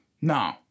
No